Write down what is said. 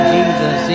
Jesus